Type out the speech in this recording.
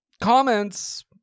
Comments